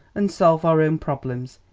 and solve our own problems,